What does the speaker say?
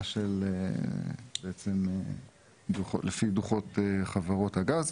ההפקה לפי דו"חות חברות הגז.